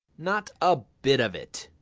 not a bit of it.